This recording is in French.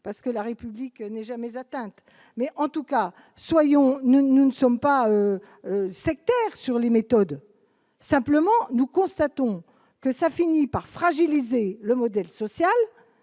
parce que la République n'est jamais atteinte, mais en tout cas, soyons nous ne sommes pas sectaires sur les méthodes. Simplement, nous constatons que ça finit par fragiliser le modèle social